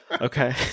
Okay